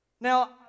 Now